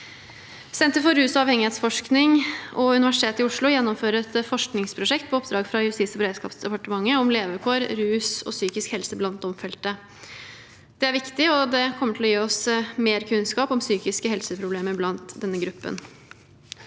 Senter for rus- og avhengighetsforskning og Universitetet i Oslo gjennomfører et forskningsprosjekt på oppdrag fra Justis- og beredskapsdepartementet om le vekår, rus og psykisk helse blant domfelte. Det er viktig, og det kommer til å gi oss mer kunnskap om psykiske helseproblemer i denne gruppen.